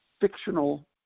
fictional